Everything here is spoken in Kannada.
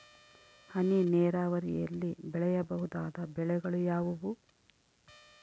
ಹನಿ ನೇರಾವರಿಯಲ್ಲಿ ಬೆಳೆಯಬಹುದಾದ ಬೆಳೆಗಳು ಯಾವುವು?